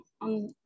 on